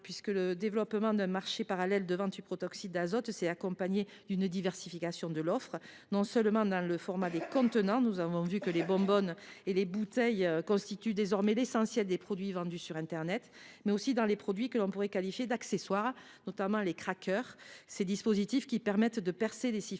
rectifié, le développement d’un marché parallèle de vente de protoxyde d’azote s’est accompagné d’une diversification de l’offre, qui ne concerne pas seulement le format des contenants. Si les bonbonnes et les bouteilles constituent désormais l’essentiel des produits vendus sur internet, il existe également des produits que l’on pourrait qualifier d’accessoires, notamment les crackers. Ces dispositifs permettent de percer les siphons